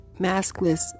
maskless